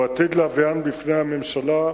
והוא עתיד להביאן לפני הממשלה.